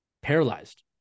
paralyzed